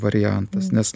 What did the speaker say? variantas nes